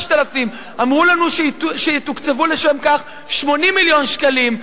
3,000. אמרו לנו שיתוקצבו לשם כך 80 מיליון שקלים,